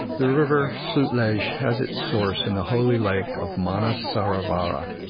the river sutlej has its source in the holy lake of manas saro-vara,